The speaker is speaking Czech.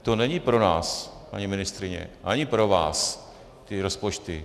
To není pro nás, paní ministryně, ani pro vás ty rozpočty.